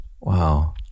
Wow